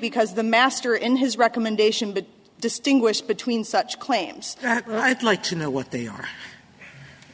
because the master in his recommendation but distinguish between such claims i'd like to know what they are